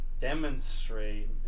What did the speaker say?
demonstrate